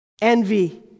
Envy